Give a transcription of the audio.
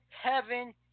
Heaven